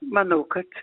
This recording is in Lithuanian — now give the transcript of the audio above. manau kad